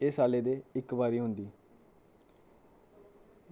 एह् साल्ले दे इक बारी होंदी